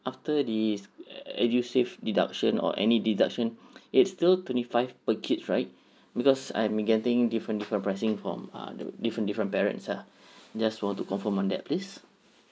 after this edusave deduction or any deduction it's still twenty five per kids right because I've been getting different different pricing from uh the different different parents lah just want to confirm on that please